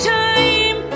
time